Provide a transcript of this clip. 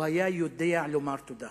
הוא היה יודע לומר תודה